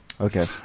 Okay